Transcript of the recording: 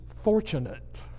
fortunate